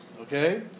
okay